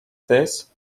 this